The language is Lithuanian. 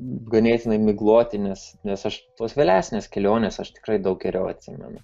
ganėtinai migloti nes nes aš tos vėlesnės kelionės aš tikrai daug geriau atsimenu